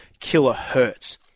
kilohertz